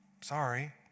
sorry